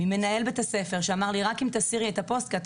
ממנהל בית הספר שאמר לי: רק אם תסירי את הפוסט אוכל לעזור לה,